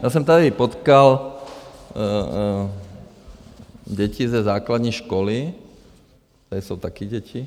Já jsem tady potkal děti ze základní školy, tady jsou taky děti...